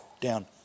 down